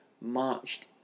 marched